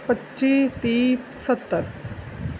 ਪੱਚੀ ਤੀਹ ਸੱਤਰ